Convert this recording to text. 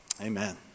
amen